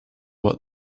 what